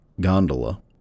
gondola